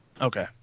Okay